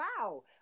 wow